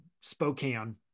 Spokane